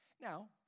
Now